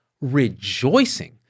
rejoicing